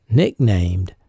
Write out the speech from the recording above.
nicknamed